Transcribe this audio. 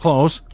Close